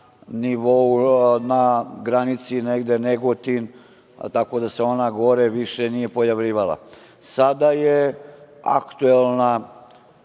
nivou, na granici negde Negotin, tako da se ona gore više nije pojavljivala. Sada je aktuelna,